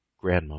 Grandma